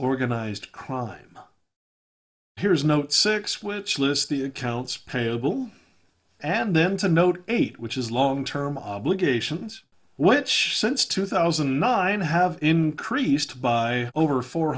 organized crime here's note six which lists the accounts payable and then to note eight which is long term obligations which since two thousand and nine have increased by over four